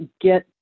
get